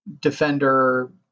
defender